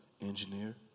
engineer